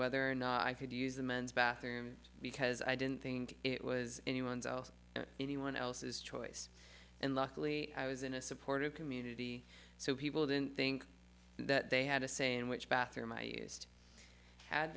whether or not i should use the men's bathroom because i didn't think it was anyones else anyone else's choice and luckily i was in a supportive community so people didn't think that they had a say in which bathroom i used ha